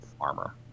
armor